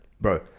bro